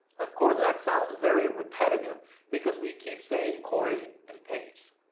of course that sounds very repetitive because we keep saying corey and paige.